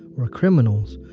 we're criminals.